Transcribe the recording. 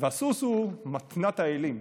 והסוס הוא מתנת האלים.